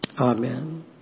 amen